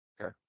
Okay